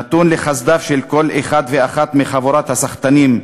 נתון לחסדיו של כל אחד ואחת מחבורת הסחטנים,